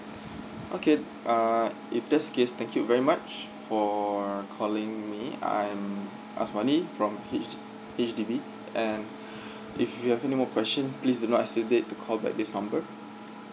okay uh if that's the case thank you very much for calling me I am asmadi from H H_D_B and if you have any more questions please do not hesitate to call back this number